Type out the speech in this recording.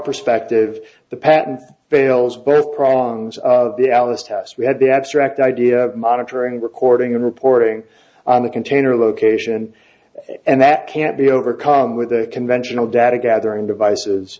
perspective the patent fails both prongs of the alice test we had the abstract idea monitoring recording and reporting on the container location and that can't be overcome with a conventional data gathering devices